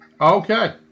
Okay